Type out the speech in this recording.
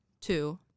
Two